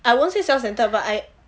I won't say self-centred but I